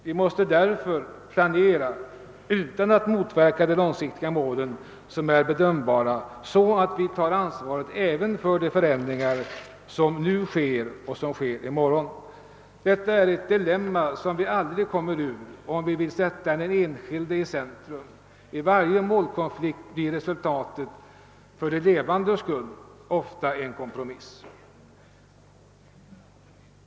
Vi måste därför planera — utan att motverka de långsiktiga mål som är bedömbara — så att vi tar ansvaret även för de förändringar som sker i dag och i morgon. Detta är ett dilemma som vi aldrig kommer ur, om vi vill sätta den enskilde i centrum. I varje målkonflikt blir resultatet, för de levandes skull, ofta en kompromiss.